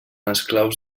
esclaus